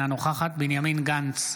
אינה נוכחת בנימין גנץ,